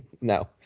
no